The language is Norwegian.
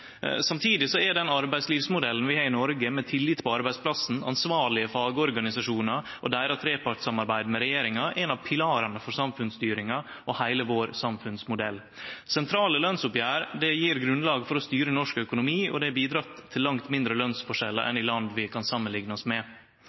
Samtidig er den arbeidslivsmodellen vi har i Noreg, med tillit på arbeidsplassen, ansvarlege fagorganisasjonar og deira trepartssamarbeid med regjeringa ein av pilarane for samfunnsstyringa og heile vår samfunnsmodell. Sentrale lønsoppgjer gjev grunnlag for å styre norsk økonomi, og det har bidrege til langt mindre lønsforskjellar enn i land vi kan samanlikne oss med.